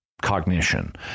cognition